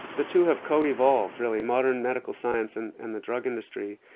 the two have co-evolved, really, modern medical science and and the drug industry,